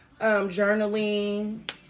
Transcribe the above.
Journaling